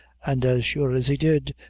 and as sure as he did,